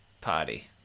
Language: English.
party